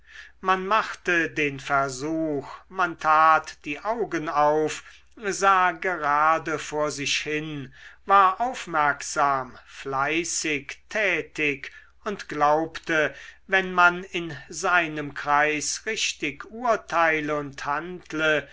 man machte den versuch man tat die augen auf sah gerade vor sich hin war aufmerksam fleißig tätig und glaubte wenn man in seinem kreis richtig urteile und handle